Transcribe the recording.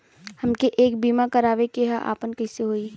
हमके एक बीमा करावे के ह आपन कईसे होई?